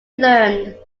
learned